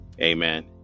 Amen